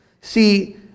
See